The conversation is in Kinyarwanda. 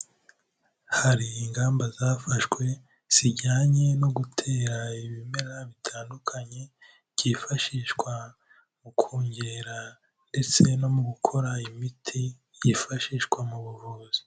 Hari ingamba zafashwe zijyanye no gutera ibimera bitandukanye, byifashishwa mu kongera ndetse no mu gukora imiti yifashishwa mu buvuzi.